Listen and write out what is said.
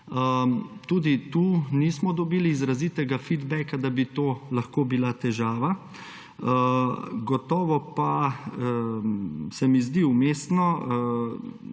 tudi tu nismo dobili izrazitega feedbacka, da bi to lahko bila težava. Gotovo pa se mi zdi vmesno